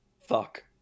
fuck